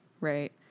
right